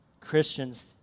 Christians